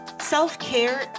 Self-care